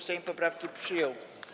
Sejm poprawki przyjął.